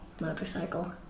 motorcycle